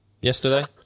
yesterday